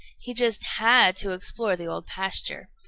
he just had to explore the old pasture.